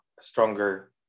stronger